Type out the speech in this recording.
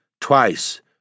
twice